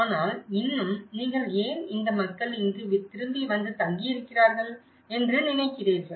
ஆனால் இன்னும் நீங்கள் ஏன் இந்த மக்கள் இங்கு திரும்பி வந்து தங்கியிருக்கிறார்கள் என்று நினைக்கிறீர்கள்